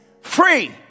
Free